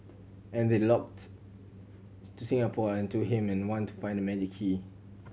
and they locked to Singapore and to him and wanted to find that magic key